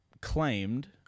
claimed